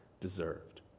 deserved